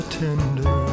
tender